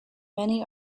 many